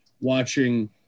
watching